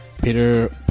Peter